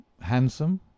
Handsome